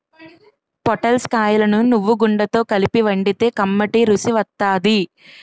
పొటల్స్ కాయలను నువ్వుగుండతో కలిపి వండితే కమ్మటి రుసి వత్తాది